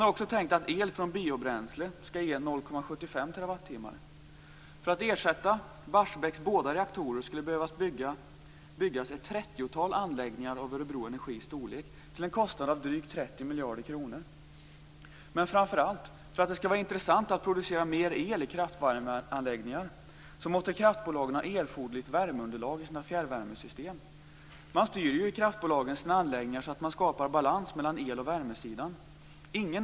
Man har också tänkt att el från biobränsle skall ge 0,75 TWh. För att ersätta Barsebäcks båda reaktorer skulle det behöva byggas ett trettiotal anläggningar av Örebro Energis storlek till en kostnad av drygt 30 miljarder kronor. Men framför allt, för att det skall vara intressant att producera mer el i kraftvärmeanläggningar, måste kraftbolagen ha erforderligt värmeunderlag i sina fjärrvärmesystem. I kraftbolagen styr man ju sina anläggningar så att man skapar balans mellan el och värmesidan.